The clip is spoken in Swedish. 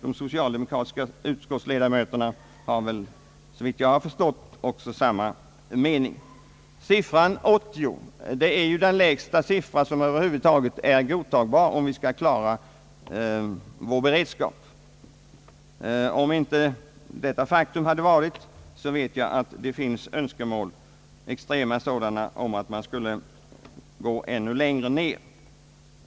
De socialdemokratiska = utskottsledamöterna har väl, såvitt jag har förstått, samma mening. Siffran 80 är ju den lägsta siffra som över huvud taget är godtagbar, om vi skall kunna klara vår beredskap. Om inte detta faktum hade varit vet jag att det funnits extrema önskemål om att man skulle gå ännu längre ned.